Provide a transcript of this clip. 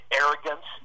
arrogance